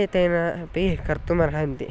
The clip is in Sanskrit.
एतेनापि कर्तुमर्हन्ति